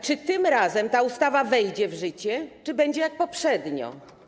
Czy tym razem ta ustawa wejdzie w życie, czy będzie jak poprzednio?